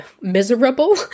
Miserable